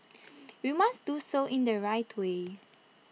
we must do so in the right way